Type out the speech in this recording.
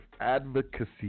Advocacy